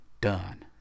done